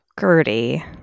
Gertie